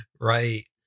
Right